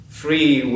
free